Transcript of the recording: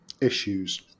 issues